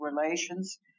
relations